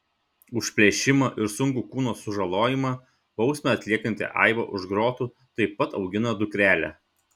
už plėšimą ir sunkų kūno sužalojimą bausmę atliekanti aiva už grotų taip pat augina dukrelę